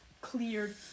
cleared